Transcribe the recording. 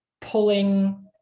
pulling